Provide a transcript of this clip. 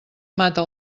mata